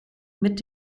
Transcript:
mit